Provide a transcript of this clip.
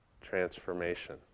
transformation